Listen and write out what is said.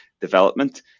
development